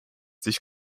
sich